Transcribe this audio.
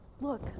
look